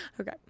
Okay